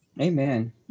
Amen